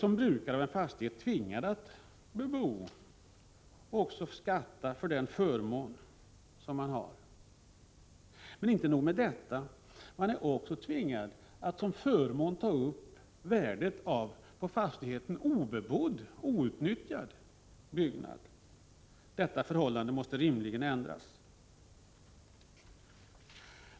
Som brukare av en fastighet är man tvingad att bebo fastigheten. Men inte nog med detta. En lantbrukare är också tvingad att som skattepliktig förmån ta upp värdet av på fastigheten obebodd och outnyttjad byggnad. Detta förhållande måste rimligen ändras.